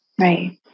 Right